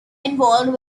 involved